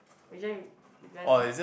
which one if you want to like